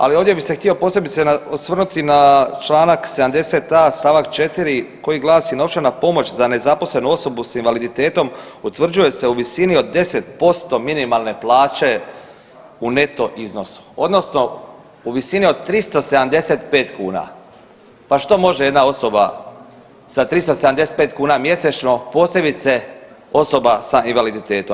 Ali ovdje bih se htio posebice osvrnuti na članak 70a. stavak 4. koji glasi; „Novčana pomoć za nezaposlenu osobu sa invaliditetom utvrđuje se u visini od 10% minimalne plaće u neto iznosu, odnosno u visini od 375 kuna.“ Pa što može jedna osoba sa 375 kuna mjesečno posebice osoba sa invaliditetom?